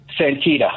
Santita